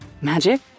Magic